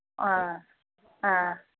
ꯑ ꯑ